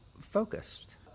focused